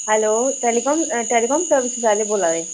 hello telecom telecom services आह्ले बोल्ला दे